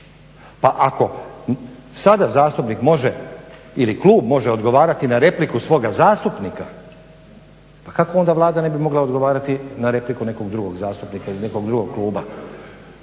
Pa ako sada zastupnik može ili klub može odgovarati na repliku svoga zastupnika pa kako onda Vlada ne bi mogla odgovarati repliku nekog drugog zastupnika ili nekog drugog kluba.